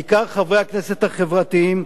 בעיקר חברי הכנסת החברתיים,